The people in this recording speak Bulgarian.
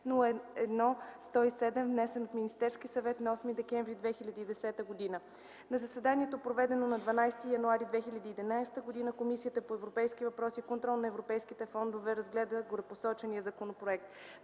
внесен от Министерския съвет на 8 декември 2010 г. „На заседанието, проведено на 12 януари 2011 г., Комисията по европейските въпроси и контрол на европейските фондове разгледа горепосочения законопроект.